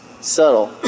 subtle